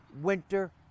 winter